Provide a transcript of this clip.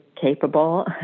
capable